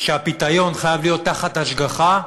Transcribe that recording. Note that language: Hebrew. הפיתיון חייב להיות בהשגחה,